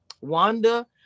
Wanda